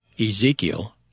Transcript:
Ezekiel